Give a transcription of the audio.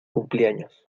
cumpleaños